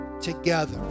together